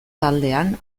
taldean